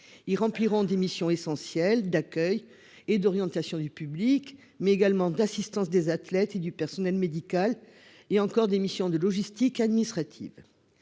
ils rempliront des missions essentielles d'accueil et d'orientation du public mais également d'assistance des athlètes et du personnel médical et encore des missions de logistique administrative.